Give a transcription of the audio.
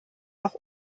noch